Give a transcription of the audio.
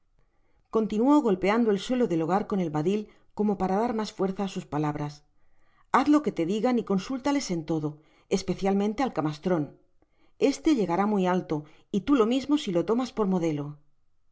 continuó golpeando el suelo del hogar con el badil como para dar mas fuerza á sus palabras haz todo lo que te digan y consúltales en todo especialmente al camastron este llegará muy alto y tú lo mismo si lo tomas por modelo